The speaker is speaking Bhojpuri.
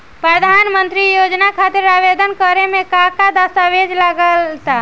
प्रधानमंत्री योजना खातिर आवेदन करे मे का का दस्तावेजऽ लगा ता?